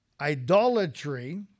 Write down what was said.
Idolatry